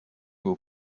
był